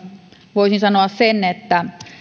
voisin sanoa sen että